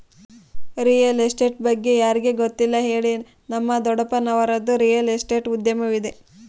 real estate ಬಗ್ಗೆ ಯಾರಿಗೆ ಗೊತ್ತಿಲ್ಲ ಹೇಳಿ, ನಮ್ಮ ದೊಡ್ಡಪ್ಪನವರದ್ದು ರಿಯಲ್ ಎಸ್ಟೇಟ್ ಉದ್ಯಮವಿದೆ